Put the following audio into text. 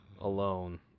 alone